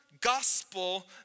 gospel